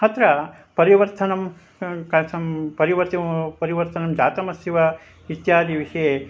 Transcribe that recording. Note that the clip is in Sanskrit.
अत्र परिवर्तनं कथं परिवर्त्यमा परिवर्तनं जातमस्ति वा इत्यादि विषये